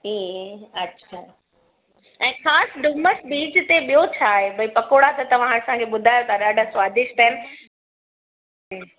ईअं अच्छा ऐं ख़ासि डूमर्स बीच ते ॿियो छा आहे भई पकोड़ा त तव्हां असांखे ॿुधायो था ॾाढा स्वादिष्ट आहिनि